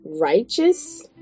righteous